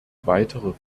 weitere